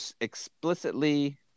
explicitly